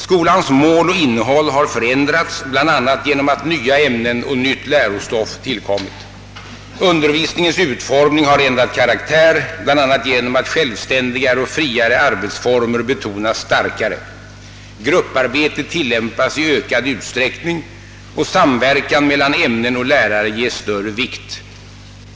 Skolans mål och innehåll har förändrats bl.a. genom att nya ämnen och nytt lärostoff tillkommit. Undervisningens utformning har ändrat karaktär bl.a. genom att självständigare och friare arbetsformer betonas starkare, grupparbete tillämpas i ökad utsträckning och samverkan mellan ämnen och lärare ges större vikt.